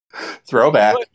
Throwback